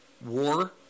war